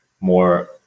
more